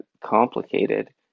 complicated